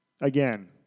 again